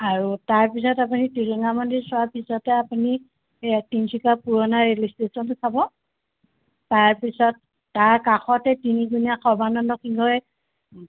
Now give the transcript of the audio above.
আৰু তাৰপিছত আপুনি টিলিঙা মন্দিৰ চোৱাৰ পিছতে আপুনি তিনিচুকীয়া পুৰণা ৰে'লৱে' ষ্টেচনটো চাব তাৰপিছত তাৰ কাষতে তিনিকুণীয়া সৰ্বানন্দ সিংহই